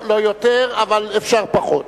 אבל אפשר פחות.